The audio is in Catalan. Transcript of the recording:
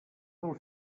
del